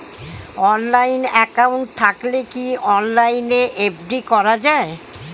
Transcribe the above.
Online account থাকলে কি অনলাইনে এফ.ডি করা যায়?